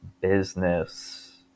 business